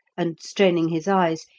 and, straining his eyes,